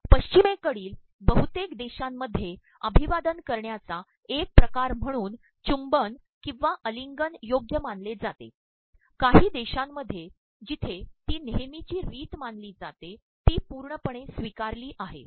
पप्श्चमेकडील बहुतेक देशांमध्ये अमभवादन करण्याचा एक िकार म्हणून चबुं न ककंवा आमलंगन योग्य मानले जाते काही देशांमध्ये प्जर्े ती नेहमीची रीत मानली जाते ती पूणपय णे स्त्वीकारली आहे